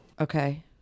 Okay